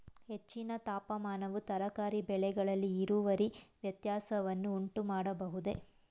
ಹೆಚ್ಚಿನ ತಾಪಮಾನವು ತರಕಾರಿ ಬೆಳೆಗಳಲ್ಲಿ ಇಳುವರಿ ವ್ಯತ್ಯಾಸವನ್ನು ಉಂಟುಮಾಡಬಹುದೇ?